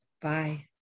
bye